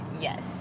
Yes